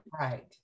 Right